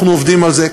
אנחנו עובדים על זה,